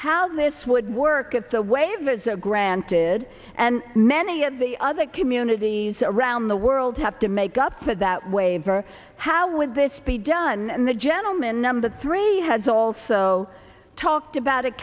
how this would work at the waivers are granted and many of the other communities around the world have to make up for that waiver how with this be done and the gentleman number three has also talked about a